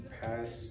past